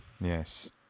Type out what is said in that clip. Yes